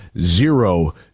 zero